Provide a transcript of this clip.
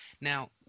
Now